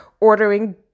ordering